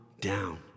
down